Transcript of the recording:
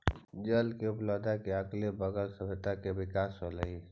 जल के उपलब्धता के अगले बगल सभ्यता के विकास होलइ